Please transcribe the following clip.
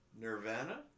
Nirvana